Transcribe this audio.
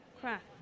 craft